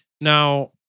Now